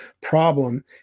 problem